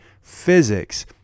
physics